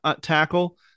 tackle